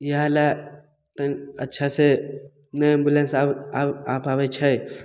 इएहले तनि अच्छासे नहि एम्बुलेन्स आ आ पाबै छै